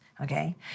Okay